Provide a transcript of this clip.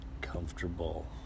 comfortable